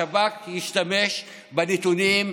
השב"כ ישתמש בנתונים,